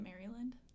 Maryland